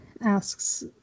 asks